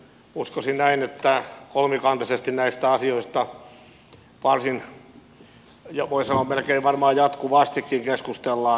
uskoisin näin että kolmikantaisesti näistä asioista voi sanoa varmaan jatkuvastikin keskustellaan